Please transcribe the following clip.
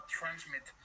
transmit